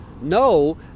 no